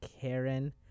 Karen